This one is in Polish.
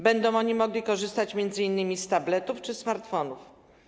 Będą oni mogli korzystać m.in. z tabletów czy smartfonów.